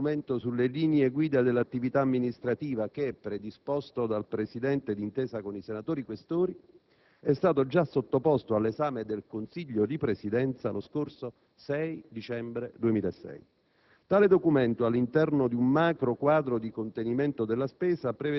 Come tutti sappiamo, la *mission* del progetto di bilancio viene individuata dal documento sulle linee guida dell'attività amministrativa, che, predisposto dal Presidente d'intesa con i senatori Questori, é stato già sottoposto all'esame del Consiglio di Presidenza lo scorso 6 dicembre 2006.